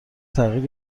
تغییر